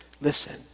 Listen